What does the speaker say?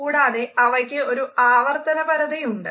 കൂടാതെ അവയ്ക്ക് ഒരു ആവർത്തനപരതയുമുണ്ട്